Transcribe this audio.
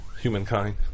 humankind